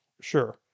Sure